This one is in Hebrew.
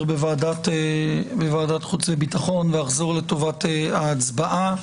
בוועדת חוץ וביטחון ואחזור לטובת ההצבעה.